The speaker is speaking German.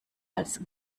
als